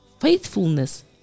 faithfulness